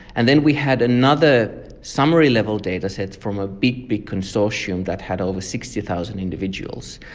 and then we had another summary level dataset from a big, big consortium that had over sixty thousand individuals.